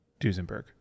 Duesenberg